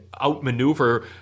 outmaneuver